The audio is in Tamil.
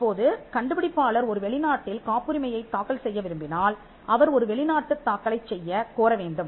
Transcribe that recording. இப்போது கண்டுபிடிப்பாளர் ஒரு வெளிநாட்டில் காப்புரிமையைத் தாக்கல் செய்ய விரும்பினால் அவர் ஒரு வெளிநாட்டுத் தாக்கலைச் செய்யக் கோர வேண்டும்